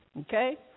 okay